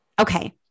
Okay